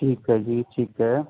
ਠੀਕ ਹੈ ਜੀ ਠੀਕ ਹੈ